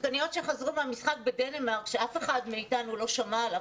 שחזרו מהמשחק בדנמרק שאף אחד לא שמע עליו